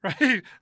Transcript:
Right